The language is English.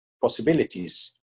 possibilities